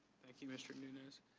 thank you mr. nunez.